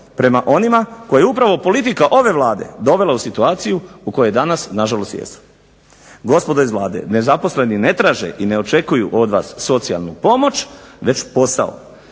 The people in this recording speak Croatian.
prema onima koje je upravo politika ove Vlade dovela u situaciju u kojoj danas na žalost jesu. Gospodo iz Vlade, nezaposleni ne traže i ne očekuju od vas socijalnu pomoć, već posao.